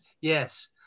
yes